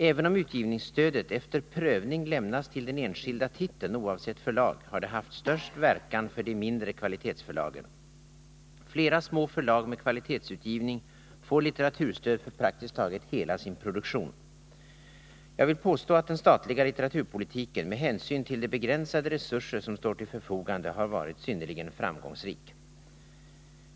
Även om utgivningsstödet efter prövning lämnas till den enskilda titeln oavsett förlag har det haft störst verkan för de mindre kvalitetsförlagen. Flera små förlag med kvalitetsutgivning får litteraturstöd för praktiskt taget hela sin produktion. Jag vill påstå att den statliga litteraturpolitiken med hänsyn till de begränsade resurser som står till förfogande har varit synnerligen framgångsrik.